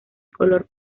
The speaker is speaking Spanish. color